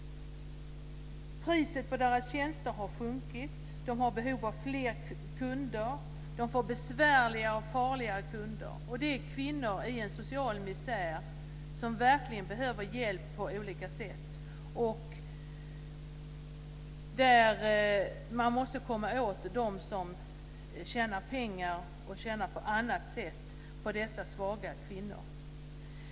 Priset på deras tjänster har sjunkit. De har behov av fler kunder. De får besvärligare och farligare kunder. Det är kvinnor i social misär, som verkligen behöver hjälp på olika sätt. Man måste komma åt dem som tjänar pengar och på annat sätt tjänar på dessa svaga kvinnor.